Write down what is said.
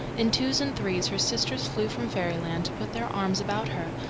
in twos and threes her sisters flew from fairyland to put their arms about her,